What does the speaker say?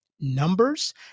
numbers